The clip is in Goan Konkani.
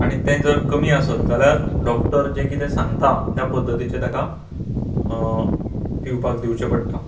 आनी तें जर कमी आसत जाल्यार डॉक्टर जे कितें सांगता त्या पद्दतीचे ताका पिवपाक दिवचें पडटा